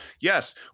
Yes